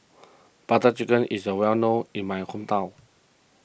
Butter Chicken is the well known in my hometown